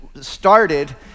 started